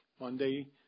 Monday